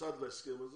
צד להסכם הזה,